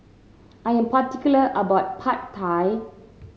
I am particular about Pad Thai